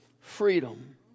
freedom